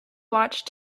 watched